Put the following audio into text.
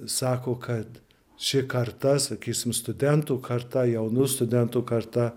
sako kad ši karta sakysim studentų karta jaunų studentų karta